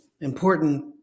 important